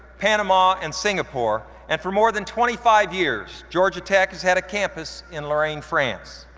panama, and singapore. and for more than twenty five years, georgia tech has had a campus in lorraine, france.